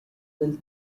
del